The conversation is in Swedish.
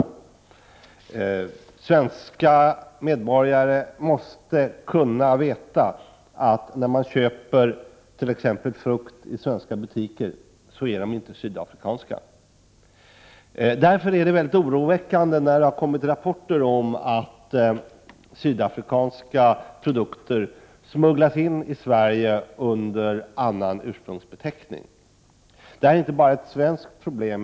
Omfå örbudet mot han Svenska medborgare måste kunna veta att t.ex. den frukt man köper i del med Sydafrika svenska butiker inte är sydafrikansk. Därför är de rapporter som kommit om att sydafrikanska produkter smugglas in i Sverige under annan ursprungsbeteckning mycket oroväckande. Detta är inte bara ett svenskt problem.